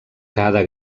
cada